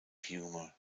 humor